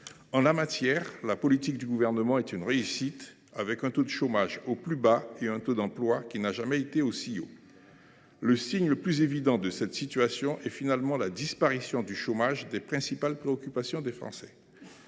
En la matière, la politique du Gouvernement est une réussite : le taux de chômage est au plus bas et le taux d’emploi n’a jamais été aussi élevé. Le signe le plus évident de cette situation est la disparition du chômage des principales préoccupations des Français.